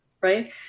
right